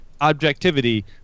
objectivity